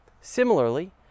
Similarly